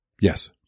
yes